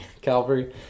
calvary